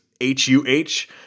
H-U-H